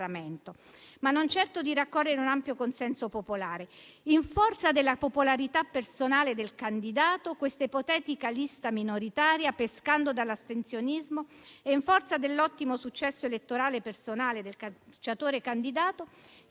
ma non certo di raccogliere un ampio consenso popolare. In forza della popolarità personale del candidato, questa ipotetica lista minoritaria, pescando dall'astensionismo e in forza dell'ottimo successo elettorale personale del calciatore candidato,